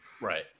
right